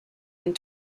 and